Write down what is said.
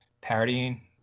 parodying